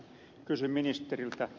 kysyn ministeriltä